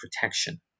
protection